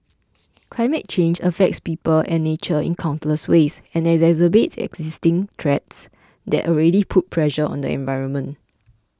climate change affects people and nature in countless ways and exacerbates existing threats that already put pressure on the environment